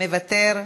מוותר,